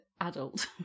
adult